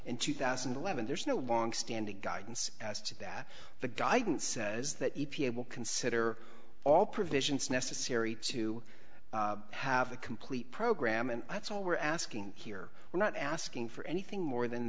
two thousand and eleven there's no longstanding guidance as to that the guidance says that e p a will consider all provisions necessary to have a complete program and that's all we're asking here we're not asking for anything more than